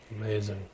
Amazing